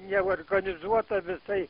neorganizuota visai